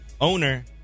owner